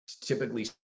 typically